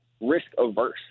risk-averse